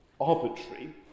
arbitrary